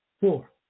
Four